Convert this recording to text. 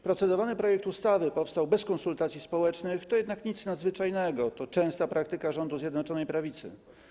Procedowany projekt ustawy powstał bez konsultacji społecznych, to jednak nic nadzwyczajnego, to częsta praktyka rządu Zjednoczonej Prawicy.